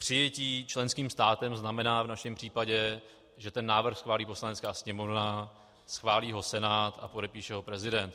Přijetí členským státem znamená v našem případě, že návrh schválí Poslanecká sněmovna, schválí ho Senát a podepíše ho prezident.